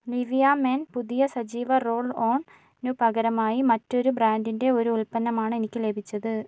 Nivea men പുതിയ സജീവ roll on നു പകരമായി മറ്റൊരു ബ്രാൻഡിന്റെ ഒരു ഉൽപ്പന്നമാണ് എനിക്ക് ലഭിച്ചത്